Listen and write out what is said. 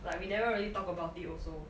like we never really talk about it also